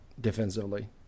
defensively